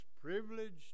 privileged